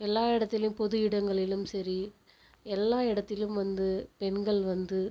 எல்லா இடத்துலையும் பொது இடங்களிலும் சரி எல்லா இடத்திலும் வந்து பெண்கள் வந்து